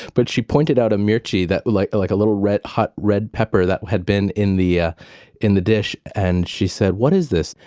but she pointed out a mirchi that looked like a little red, hot red pepper that had been in the ah in the dish and she said, what is this?